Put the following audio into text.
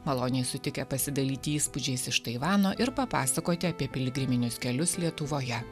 maloniai sutikę pasidalyti įspūdžiais iš taivano ir papasakoti apie piligriminius kelius lietuvoje